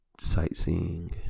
sightseeing